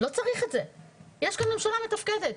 יש כאן ממשלה מתפקדת.